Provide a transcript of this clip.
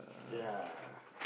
ya